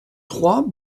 trois